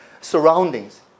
surroundings